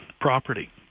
property